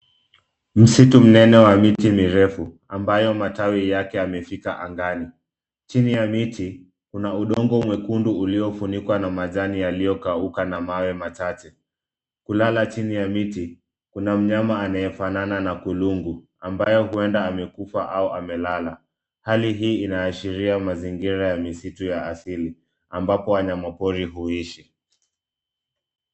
Msitu mnene wa miti mirefu ambayo matawi yake yamefika angani. Chini ya miti kuna udongo mwekundu uliofunikwa na majani yalio kauka na mawe machache. Kulala chini ya miti kuna mnyama anaye fanana na Kulungu amabaye huenda amekufa au amelala, hali hii inaashiria mazingira ya misitu ya asili ambapo wanyama pori huishi.